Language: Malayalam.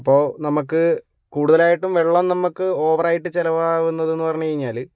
അപ്പോൾ നമുക്ക് കൂടുതലായിട്ടും വെള്ളം നമുക്ക് ഓവറായിട്ട് ചിലവാകുന്നതെന്ന് പറഞ്ഞുകഴിഞ്ഞാൽ